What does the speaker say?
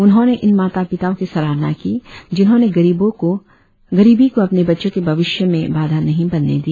उन्होंने इन माता पिताओं की सराहना की जिन्होंने गरीबी को अपने बच्चों के भविष्य में बाधा नहीं बनने दिया